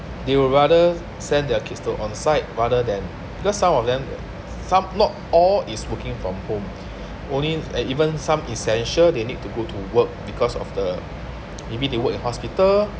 they will rather send their kids to on site rather than because some of them some not all is working from home only and even some essential they need to go to work because of the maybe they work in hospital